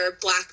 black